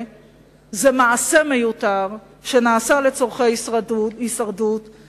היא מעשה מיותר שנעשה לצורכי הישרדות,